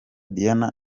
diana